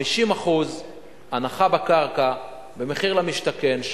50% הנחה בקרקע במחיר למשתכן,